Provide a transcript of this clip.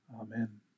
Amen